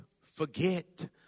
forget